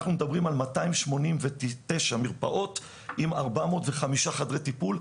אנחנו מדברים על 289 מרפאות עם 405 חדרי טיפול,